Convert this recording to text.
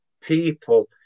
people